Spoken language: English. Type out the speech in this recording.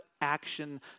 action